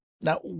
Now